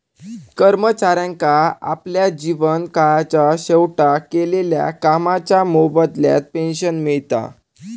कर्मचाऱ्यांका आपल्या जीवन काळाच्या शेवटाक केलेल्या कामाच्या मोबदल्यात पेंशन मिळता